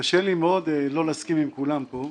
קשה לי מאוד לא להסכים עם כולם פה,